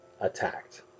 attacked